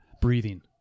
breathing